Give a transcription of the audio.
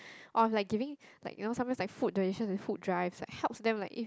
or like giving like you know sometimes like food donation and food drives like helps them like if